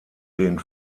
den